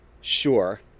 sure